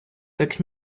так